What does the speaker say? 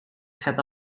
hat